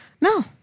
No